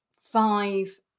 five